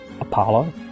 Apollo